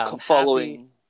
following